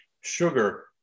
Sugar